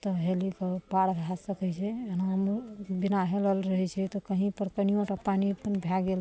तऽ हेल कऽ पार भए सकय छै एना बिना हेलल रहय छै तऽ कहींपर कनिओ टा पानि अपन भए गेल